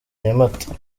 nyamata